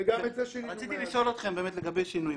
רציתי לשאול אתכם על שינויים,